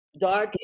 Dark